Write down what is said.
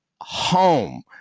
home